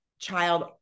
child